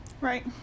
Right